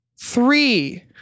Three